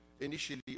initially